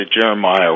Jeremiah